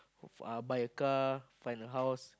hopeful buy a car buy a house